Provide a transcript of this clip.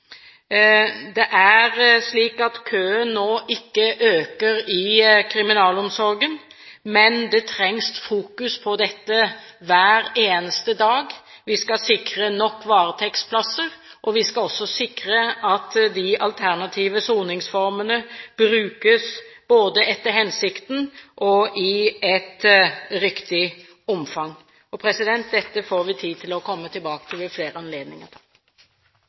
det gjelder politiet. Det er slik at køen nå ikke øker i kriminalomsorgen, men det trengs fokus på dette hver eneste dag. Vi skal sikre nok varetektsplasser, og vi skal også sikre at de alternative soningsformene brukes både etter hensikten og i et riktig omfang. Dette får vi tid til å komme tilbake til ved flere anledninger.